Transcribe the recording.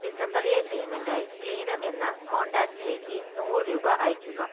ഡിസംബറിലെ payment ആയി cleaner എന്ന കോൺടാക്റ്റിലേക്ക് നൂറ് രൂപ അയയ്ക്കുക